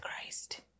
Christ